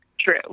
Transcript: True